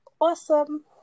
awesome